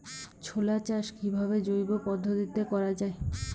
ছোলা চাষ কিভাবে জৈব পদ্ধতিতে করা যায়?